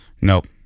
Nope